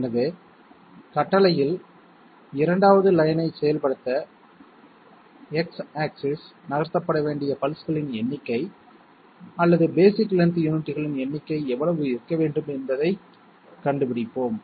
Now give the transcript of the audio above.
எனவே கட்டளையில் 2வது லைன்யைச் செயல்படுத்த X ஆக்ஸிஸ் நகர்த்தப்பட வேண்டிய பல்ஸ்களின் எண்ணிக்கை அல்லது பேஸிக் லென்த் யூனிட்களின் எண்ணிக்கை எவ்வளவு இருக்க வேண்டும் என்பதைக் கண்டுபிடிப்போம்